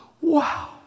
Wow